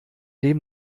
dem